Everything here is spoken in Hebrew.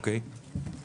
כן, נכון.